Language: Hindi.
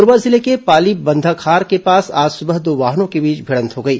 कोरबा जिले के पाली बंधाखार के पास आज सुबह दो वाहनों के बीच भिडंत हो गई